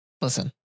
listen